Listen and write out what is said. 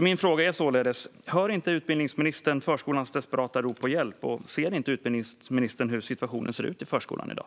Min fråga är således: Hör inte utbildningsministern förskolans desperata rop på hjälp, och ser inte utbildningsministern hur situationen ser ut i förskolan i dag?